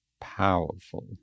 powerful